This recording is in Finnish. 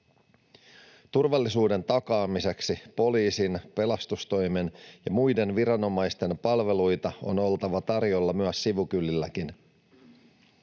Turvallisuuden takaamiseksi poliisin, pelastustoimen ja muiden viranomaisten palveluita on oltava tarjolla myös sivukylillä.